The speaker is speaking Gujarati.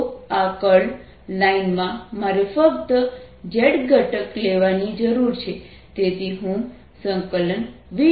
તો આ કર્લ લાઇન માં મારે ફક્ત z ઘટક લેવાની જરૂર છે તેથી હું V